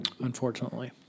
Unfortunately